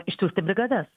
išsiųsti brigadas